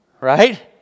right